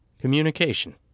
communication